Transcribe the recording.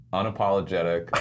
unapologetic